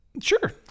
Sure